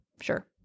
Sure